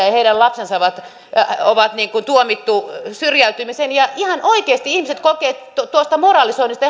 ja heidän lapsensa on tuomittu syrjäytymiseen ihan oikeasti ihmiset kokevat ahdistuneisuutta tuosta moralisoinnista